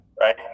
Right